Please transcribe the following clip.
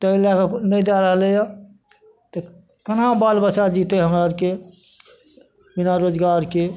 तऽ ओ लएकऽ नहि दए रहलैया तऽ केना बाल बच्चा जीतै हमरा आरके बिना रोजगारके